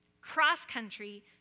cross-country